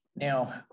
Now